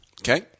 Okay